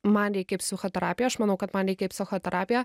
man reikia į psichoterapiją aš manau kad man reikia į psichoterapiją